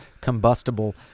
combustible